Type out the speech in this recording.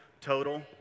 total